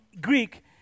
Greek